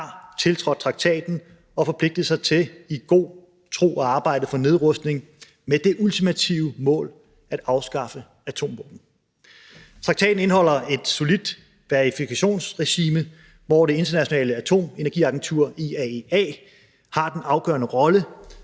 har tiltrådt traktaten og forpligtet sig til i god tro at arbejde for nedrustning med det ultimative mål at afskaffe atomvåben. Traktaten indeholder et solidt verifikationsregime, hvor Det Internationale Atomenergiagentur, IAEA, har den afgørende rolle